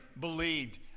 believed